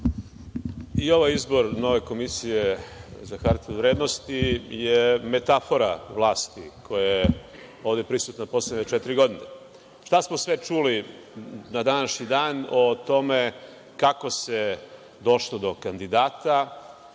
I ovaj izbor nove Komisije za hartije od vrednosti je metafora vlasti koja je ovde prisutna poslednje četiri godine. Šta smo sve čuli na današnji dan o tome kako se došlo do kandidata,